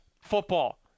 Football